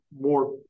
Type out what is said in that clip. more